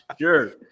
Sure